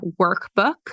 workbook